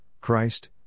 Christ